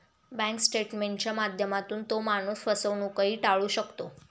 bank स्टेटमेंटच्या माध्यमातून तो माणूस फसवणूकही टाळू शकतो